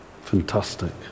Fantastic